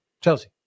Chelsea